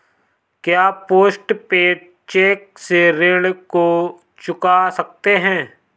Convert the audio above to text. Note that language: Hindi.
क्या पोस्ट पेड चेक से ऋण को चुका सकते हैं?